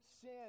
sin